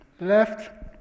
left